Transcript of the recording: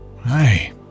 Hi